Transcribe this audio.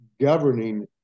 governing